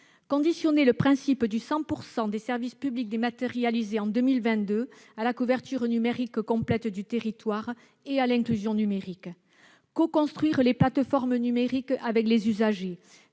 conditionner l'objectif de 100 % des services publics dématérialisés en 2022 à la couverture numérique complète du territoire et à l'inclusion numérique ; coconstruire les plateformes numériques avec les usagers